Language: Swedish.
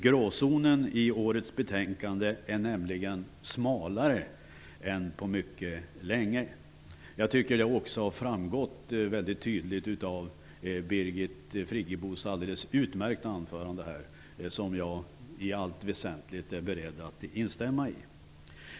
Gråzonen i årets betänkande är nämligen smalare än den varit på mycket länge, vilket också har framgått väldigt tydligt av Birgit Friggebos alldeles utmärkta anförande, som jag i allt väsentligt är beredd att instämma i.